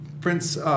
Prince